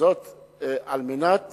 על מנת